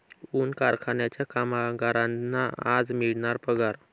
ऊस कारखान्याच्या कामगारांना आज मिळणार पगार